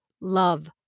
love